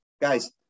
guys